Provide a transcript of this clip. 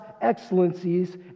excellencies